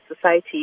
society